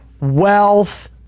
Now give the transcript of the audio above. wealth